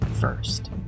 first